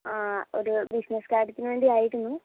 ആ ഒര് ബിസിനസ്സ് കാര്യത്തിന് വേണ്ടി ആയിരുന്നു